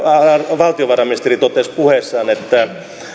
valtiovarainministeri totesi puheessaan että